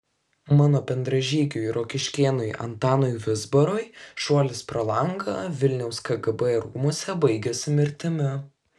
mano bendražygiui rokiškėnui antanui vizbarui šuolis pro langą vilniaus kgb rūmuose baigėsi mirtimi